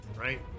right